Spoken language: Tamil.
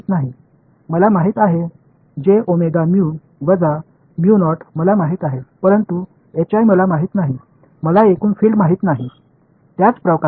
எனக்குத் தெரியும் அதை j omega mu minus mu nought என்று சொல்ல ஆனால் எனக்கு H தெரியாது எனக்கு மொத்த புலம் தெரியாது